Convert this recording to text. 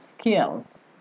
skills